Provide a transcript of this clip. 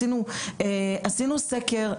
אבל עשינו סקר,